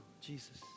Jesus